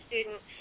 student